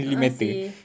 a'ah seh